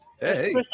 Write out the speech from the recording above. Hey